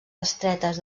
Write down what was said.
estretes